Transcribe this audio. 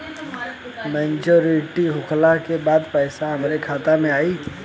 Maturity होले के बाद पैसा हमरे खाता में आई?